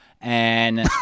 And-